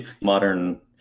modern